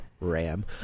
Ram